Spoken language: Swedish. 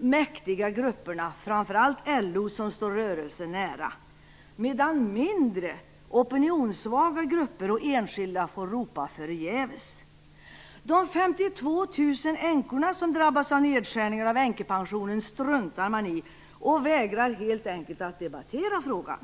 mäktiga grupperna, framför allt på LO som står rörelsen nära, medan mindre opinionssvaga grupper och enskilda får ropa förgäves. De 52 000 änkorna som drabbas av nedskärningar av änkepensionerna struntar man i, och man vägrar helt enkelt att debattera den frågan.